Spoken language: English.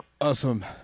Awesome